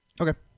Okay